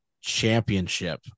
championship